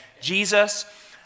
Jesus